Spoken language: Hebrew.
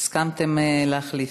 הסכמתם להחליף,